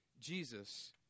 Jesus